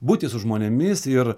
būti su žmonėmis ir